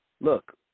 look